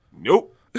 nope